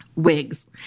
wigs